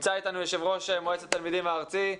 נמצא אתנו יושב ראש מועצת התלמידים הארצית,